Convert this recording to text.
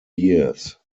years